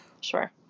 Sure